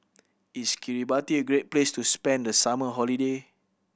is Kiribati a great place to spend the summer holiday